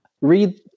Read